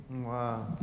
Wow